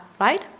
right